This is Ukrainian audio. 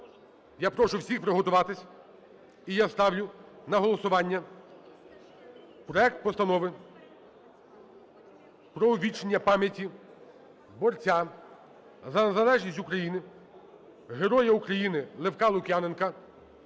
Я прошу всіх приготуватись. І я ставлю на голосування проект Постанови про увічнення пам'яті борця за незалежність України, Героя України Левка Лук'яненка